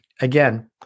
again